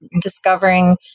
discovering